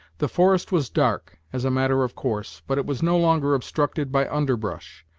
the forest was dark, as a matter of course, but it was no longer obstructed by underbrush,